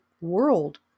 world